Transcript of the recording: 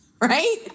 right